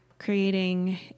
Creating